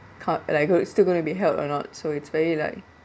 can't like it's still going to be held or not so it's very like